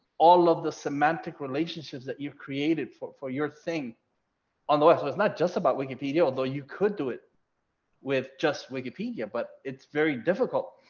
all of the semantic relationships that you've created for for your thing on the web. so it's not just about wikipedia, although you could do it with just wikipedia, but it's very difficult.